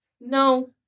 No